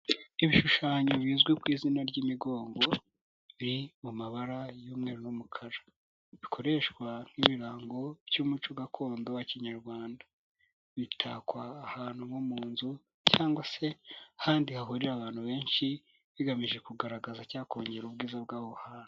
Ibishushanyo bizwi ku izina ry'imigongo, biri mu mabara y'umweru n'umukara, bikoreshwa nk'ibirango by'umuco gakondo wa kinyarwanda, bitakwa ahantu nko mu nzu cyangwa se ahandi hahurira abantu benshi, bigamije kugaragaza cyangwa kongera ubwiza bw'aho hantu.